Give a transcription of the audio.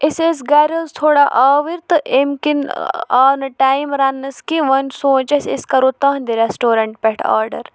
أسۍ ٲسۍ گَرِ حظ تھوڑا آوٕرۍ تہٕ امہِ کِنۍ آو نہٕ ٹایِم رَننَس کینٛہہ وۄنۍ سوٗنٛچ اَسہِ أسۍ کَرو تَہَنٛدِ ریسٹورنٛٹ پٮ۪ٹھ آرڈر